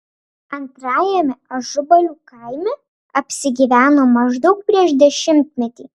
antrajame ažubalių kaime apsigyveno maždaug prieš dešimtmetį